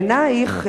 בעינייך,